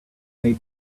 made